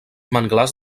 manglars